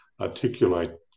articulate